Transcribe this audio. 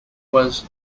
was